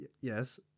Yes